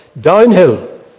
Downhill